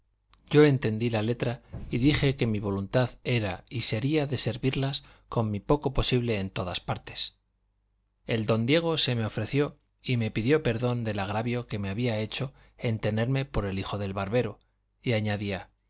yo entendí la letra y dije que mi voluntad era y sería de servirlas con mi poco posible en todas partes el don diego se me ofreció y me pidió perdón del agravio que me había hecho en tenerme por el hijo del barbero y añadía